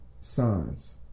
signs